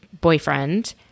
boyfriend